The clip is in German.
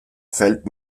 fällt